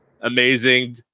amazing